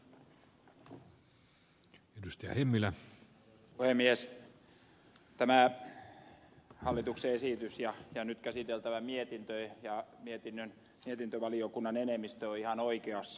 tämä hallituksen esitys ja nyt käsiteltävä mietintö ja mietintövaliokunnan enemmistö ovat ihan oikeassa